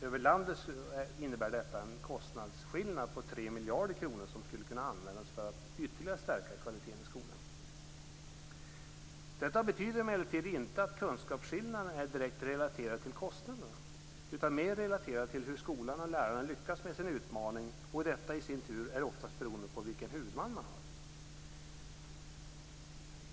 Över landet innebär detta en kostnadsskillnad på 3 miljarder kronor, som skulle kunna användas för att ytterligare stärka kvaliteten i skolan. Detta betyder emellertid inte att kunskapsskillnaden är direkt relaterad till kostnaderna, utan mer till hur skolan och lärarna lyckas med sin utmaning. Detta i sin tur är oftast beroende av vilken huvudman man har.